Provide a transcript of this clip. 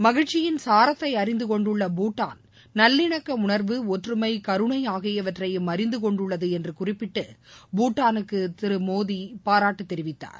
மகிழ்ச்சியின் சாரத்தை அறிந்து கொண்டுள்ள பூட்டான் நல்லிணக்க உணர்வு ஒற்றுமை கருணை ஆகியவற்றையும் அழிந்துகொண்டுள்ளது என்று குறிப்பிட்டு பூட்டானுக்கு திரு மோடி பாராட்டு தெரிவித்தார்